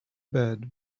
bed